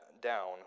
down